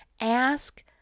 ask